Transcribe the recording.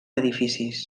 edificis